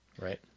Right